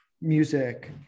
music